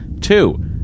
Two